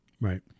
Right